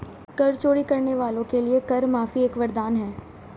कर चोरी करने वालों के लिए कर माफी एक वरदान है